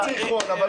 זיכרון.